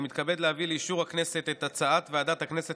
אני מתכבד להביא לאישור הכנסת את הצעת ועדת הכנסת